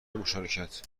مشارکت